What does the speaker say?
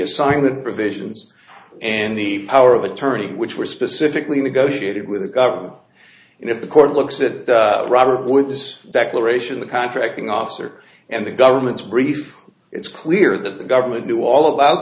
assignment provisions and the power of attorney which were specifically negotiated with the government and if the court looks at robert with this declaration the contracting officer and the government's brief it's clear that the government knew all about